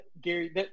Gary